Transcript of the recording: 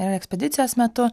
ir ekspedicijos metu